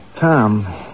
Tom